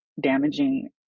damaging